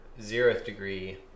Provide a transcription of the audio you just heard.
zeroth-degree